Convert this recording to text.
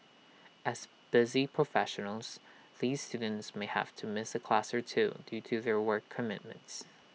as busy professionals these students may have to miss A class or two due to their work commitments